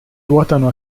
ruotano